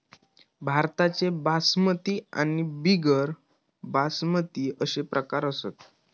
भाताचे बासमती आणि बिगर बासमती अशे प्रकार असत